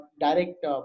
direct